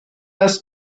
first